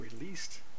released